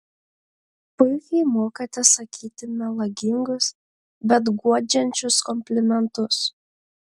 puikiai mokate sakyti melagingus bet guodžiančius komplimentus